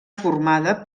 formada